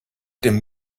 dem